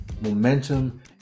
momentum